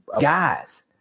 guys